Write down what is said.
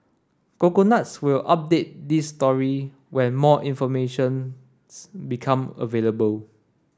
coconuts will update this story when more information's become available